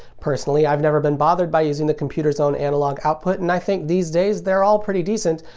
personally i've never been bothered by using the computer's own analog output, and i think these days they're all pretty decent,